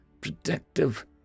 protective